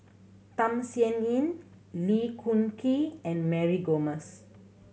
Tham Sien Yen Lee Choon Kee and Mary Gomes